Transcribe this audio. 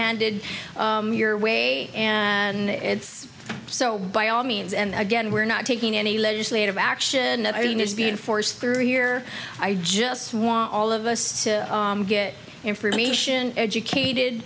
handed your way and it's so by all means and again we're not taking any legislative action i mean is being forced through here i just want all of us to get information educated